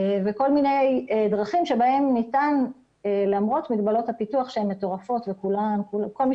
וכל מיני דרכים בהם ניתן למרות מגבלות הפיתוח שהן מטורפות וכל מי